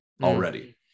Already